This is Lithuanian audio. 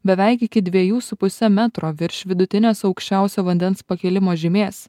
beveik iki dvejų su puse metro virš vidutinės aukščiausio vandens pakilimo žymės